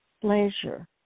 pleasure